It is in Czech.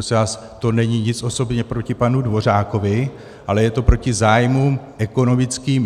Prosím vás, to není nic osobně proti panu Dvořákovi, ale je to proti zájmům ekonomickým